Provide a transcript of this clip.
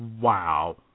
Wow